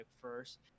first